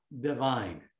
divine